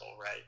right